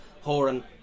Horan